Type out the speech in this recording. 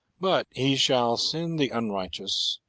but he shall send the unrighteous,